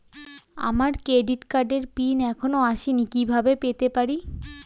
আমার ক্রেডিট কার্ডের পিন এখনো আসেনি কিভাবে পেতে পারি?